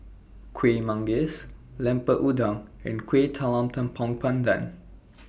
Kueh Manggis Lemper Udang and Kuih Talam Tepong Pandan